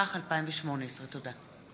התשע"ח 2018. תודה.